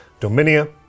Dominia